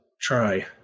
try